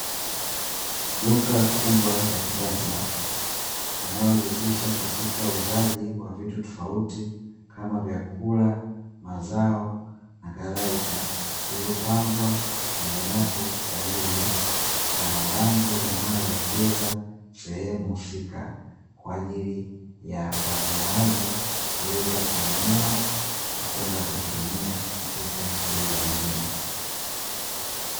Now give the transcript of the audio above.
Duka kubwa la kisasa linalojihusisha katika uuzaji wa vitu tofauti kama vyakula, mazao, nakadhalika, vilivyopangwa kwenye rafu sahihi na mabango yanayoelekeza sehemu husika, kwa ajili ya wanunuaji kuweza kununua na kwenda kuvitumia katika shughuli zingine.